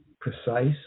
precise